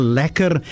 lekker